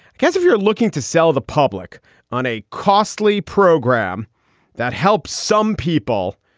i guess if you're looking to sell the public on a costly program that helps some people,